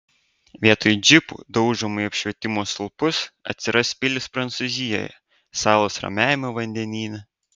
vietoj džipų daužomų į apšvietimo stulpus atsiras pilys prancūzijoje salos ramiajame vandenyne